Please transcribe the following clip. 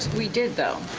we did, though.